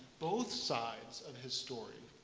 both sides of his story,